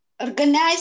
Organize